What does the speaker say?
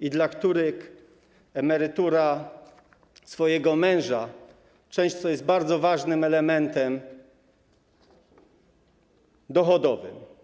i dla których emerytura męża to część, która jest bardzo ważnym elementem dochodowym.